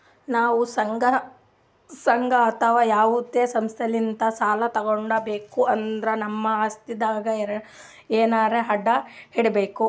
ನಾವ್ ಸಂಘ ಅಥವಾ ಯಾವದೇ ಸಂಸ್ಥಾಲಿಂತ್ ಸಾಲ ತಗೋಬೇಕ್ ಅಂದ್ರ ನಮ್ ಆಸ್ತಿದಾಗ್ ಎನರೆ ಅಡ ಇಡ್ಬೇಕ್